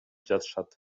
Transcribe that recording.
жатышат